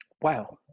Wow